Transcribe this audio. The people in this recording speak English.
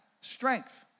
strength